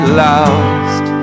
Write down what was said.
lost